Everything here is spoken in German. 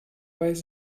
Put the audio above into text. weiß